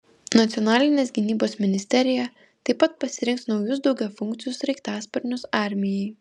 nacionalinės gynybos ministerija taip pat pasirinks naujus daugiafunkcius sraigtasparnius armijai